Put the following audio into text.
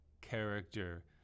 character